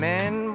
Men